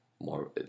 more